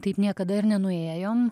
taip niekada ir nenuėjom